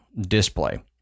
display